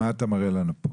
מה אתה מראה לנו?